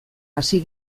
hasi